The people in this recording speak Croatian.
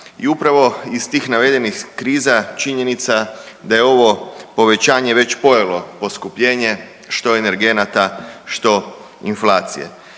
I upravo iz tih navedenih kriza činjenica da je ovo povećanje već pojelo poskupljenje što energenata što inflacije.